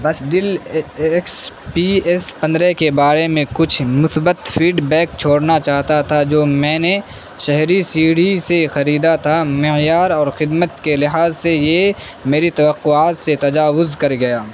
بس Dell X P S پندرہ کے بارے میں کچھ مثبت فیڈ بیک چھورنا چاہتا تھا جو میں نے شہری سیڑھی سے خریدا تھا معیار اور خدمت کے لحاظ سے یہ میری توقعات سے تجاوز کر گیا